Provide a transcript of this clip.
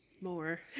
more